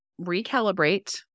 recalibrate